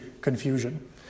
confusion